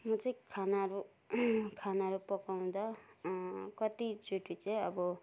म चाहिँ खानाहरू खानाहरू पकाउँदा कति चोटि चाहिँ अब